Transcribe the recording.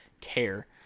care